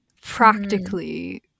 practically